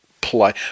play